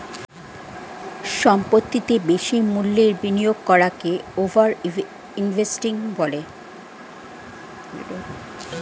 সম্পত্তিতে বেশি মূল্যের বিনিয়োগ করাকে ওভার ইনভেস্টিং বলে